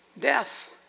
Death